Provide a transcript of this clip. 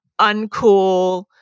uncool